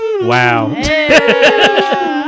Wow